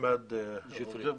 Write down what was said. ואחמד ג'בארין.